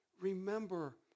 remember